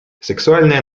сексуальное